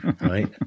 Right